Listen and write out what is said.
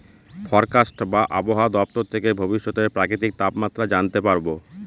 forecast বা আবহাওয়া দপ্তর থেকে ভবিষ্যতের প্রাকৃতিক তাপমাত্রা জানতে পারবো